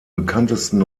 bekanntesten